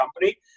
company